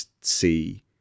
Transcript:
see